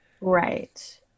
Right